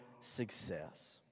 success